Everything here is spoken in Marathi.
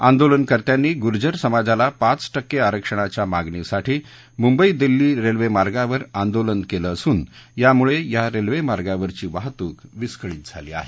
आंदोलन कर्त्यांनी गुर्जर समाजाला पाच टक्के आरक्षणाच्या मागणीसाठी मुंबई दिल्ली रेल्वेमार्गावर आंदोलन केलं असून यामुळे या रेल्वेमार्गावरची वाहतुक विस्कळीत झाली आहे